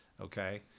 okay